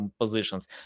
positions